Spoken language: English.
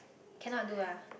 cannot do ah